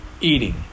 eating